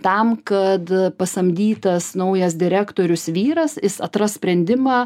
tam kad pasamdytas naujas direktorius vyras jis atras sprendimą